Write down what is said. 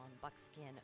Buckskin